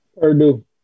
Purdue